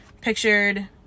pictured